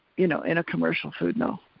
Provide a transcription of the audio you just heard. you know in a commercial food, no.